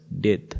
death